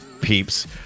peeps